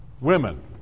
Women